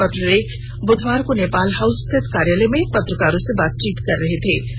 श्री पत्रलेख बुधवार को नेपाल हाउस स्थित कार्यालय में पत्रकारों से बातचीत कर रहे थे